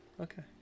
okay